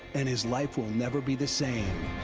and his life will never be the same.